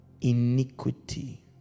iniquity